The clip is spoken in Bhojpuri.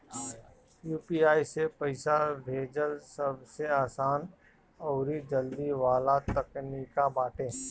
यू.पी.आई से पईसा भेजल सबसे आसान अउरी जल्दी वाला तरीका बाटे